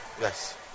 yes